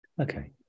okay